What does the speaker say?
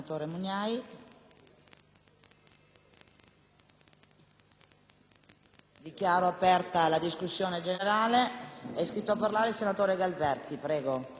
Dichiaro aperta la discussione generale. È iscritto a parlare il senatore Galperti. Ne